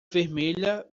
vermelha